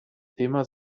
thema